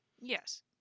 Yes